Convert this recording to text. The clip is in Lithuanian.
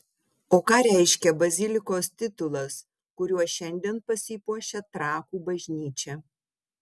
o ką reiškia bazilikos titulas kuriuo šiandien pasipuošia trakų bažnyčia